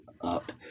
up